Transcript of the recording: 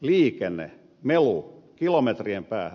liikenne melu kilometrien päähän